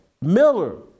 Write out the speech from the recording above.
Miller